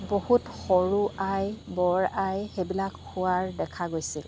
বহুত সৰু আই বৰ আই সেইবিলাক হোৱা দেখা গৈছিল